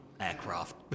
aircraft